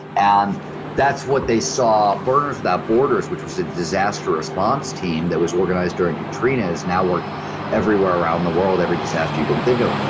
and that's what they saw, burners without borders which was a disaster response team that was organized during katrina has now worked everywhere around the world, every disaster you an think of.